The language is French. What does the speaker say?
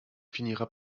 finira